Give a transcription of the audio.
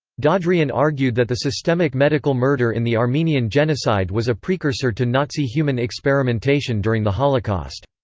dadrian argued that the systemic medical murder in the armenian genocide was a precursor to nazi human experimentation during the holocaust.